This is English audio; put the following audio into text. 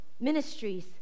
Ministries